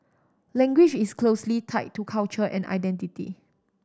language is closely tied to culture and identity